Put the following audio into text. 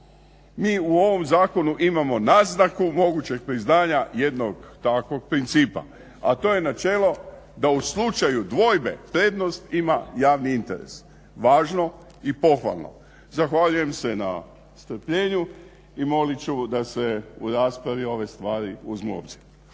Mi u ovom zakonu imamo naznaku mogućeg priznanja jednog takvog principa a to je načelo da u slučaju dvojbe prednost ima javni interes. Važno i pohvalno. Zahvaljujem se na strpljenju i molit ću da se u raspravi ove stvari uzmu u obzir.